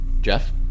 Jeff